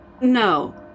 No